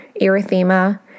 erythema